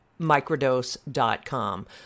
microdose.com